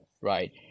right